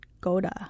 Goda